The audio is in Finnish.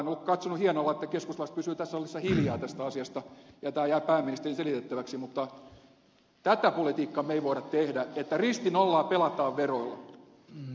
keskustalaiset pysyy tässä salissa hiljaa tästä asiasta ja tämä jää pääministerin selitettäväksi mutta tätä politiikkaa me emme voi tehdä että ristinollaa pelataan veroilla